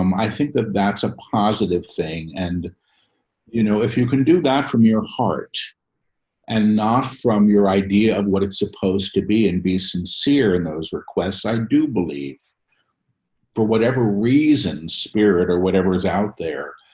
um i think that that's a positive thing and you know, if you can do that from your heart and not from your idea of what it's supposed to be and be sincere in those requests, i do believe for whatever reasons, spirit or whatever's out there,